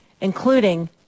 including